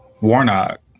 Warnock